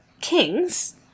kings